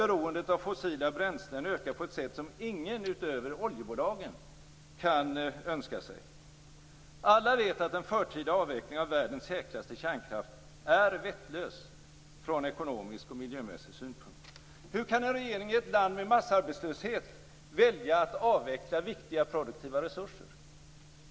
Beroendet av fossila bränslen ökar på ett sätt som ingen utöver oljebolagen kan önska sig. Alla vet att en förtida avveckling av världens säkraste kärnkraft är vettlös från ekonomisk och miljömässig synpunkt. Hur kan en regering i ett land med massarbetslöshet välja att avveckla viktiga produktiva resurser?